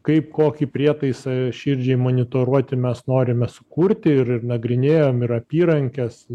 kaip kokį prietaisą širdžiai monitoruoti mes norime sukurti ir nagrinėjom ir apyrankes